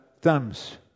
thumbs